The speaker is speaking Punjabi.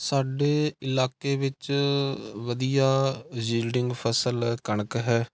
ਸਾਡੇ ਇਲਾਕੇ ਵਿੱਚ ਵਧੀਆ ਜ਼ੀਲਡਿੰਗ ਫਸਲ ਕਣਕ ਹੈ